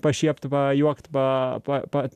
pašiept pajuokt pa pa